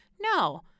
No